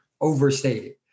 overstated